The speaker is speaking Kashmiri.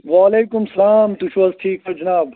وعلیکُم السلام تُہۍ چھُو حظ ٹھیٖک پٲٹھۍ جناب